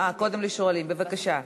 אה, קודם השואלים, בבקשה.